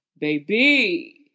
baby